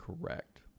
correct